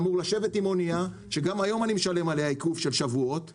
אמור לשבת עם אונייה שגם היום אני משלם עליה עיכוב של שבועות ולחכות,